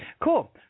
Cool